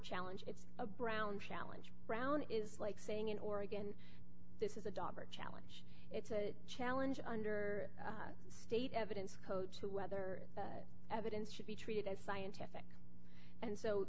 challenge it's a brown challenge brown is like saying in oregon this is a dobber challenge it's a challenge under state evidence code to whether that evidence should be treated as scientific and so